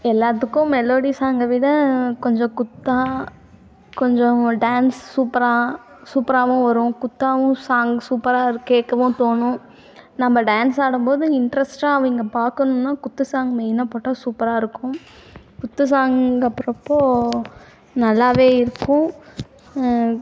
எல்லாத்துக்கும் மெலோடி சாங்கை விட கொஞ்சம் குத்தாக கொஞ்சம் டேன்ஸ் சூப்பராக சூப்பராகவும் வரும் குத்தாகவும் சாங் சூப்பராக அதை கேட்கவும் தோணும் நம்ம டான்ஸ் ஆடும்போது இன்டெரஸ்ட்டாக அவங்க பார்க்கணுன்னு குத்து சாங்கு மெயினாக போட்டால் சூப்பராக இருக்கும் குத்து சாங் போடுறப்போ நல்லாவே இருக்கும்